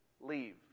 leave